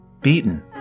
beaten